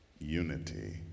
Unity